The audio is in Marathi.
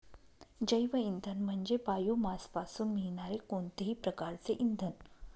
जैवइंधन म्हणजे बायोमासपासून मिळणारे कोणतेही प्रकारचे इंधन